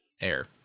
air